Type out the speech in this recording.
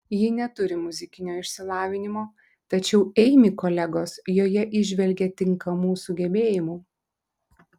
ji neturi muzikinio išsilavinimo tačiau eimi kolegos joje įžvelgia tinkamų sugebėjimų